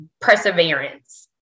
perseverance